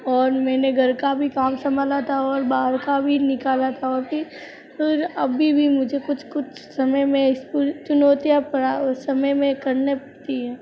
और मैंने घर का भी काम संभाला था और बाहर का भी निकाला था और फिर फिर अभी भी मुझे कुछ कुछ समय में स्कूल चुनौतियाँ पड़ा समय में करने पड़ती हैं